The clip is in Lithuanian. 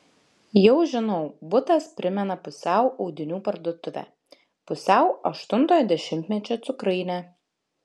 jau žinau butas primena pusiau audinių parduotuvę pusiau aštuntojo dešimtmečio cukrainę